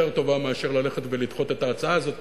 יותר טובה מאשר ללכת ולדחות את ההצעה הזאת,